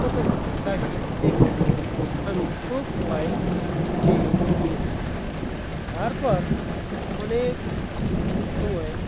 প্রথমে তাকে দেখে আমি খুব ভয় পেয়ে গিয়েছিলাম তারপর অনেক সময়